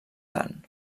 tant